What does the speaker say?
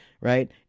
right